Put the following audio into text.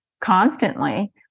constantly